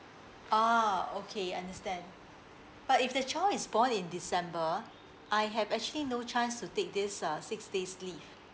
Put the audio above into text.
ah okay understand but if the child is born in december I have actually no chance to take this uh six days leave